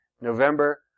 November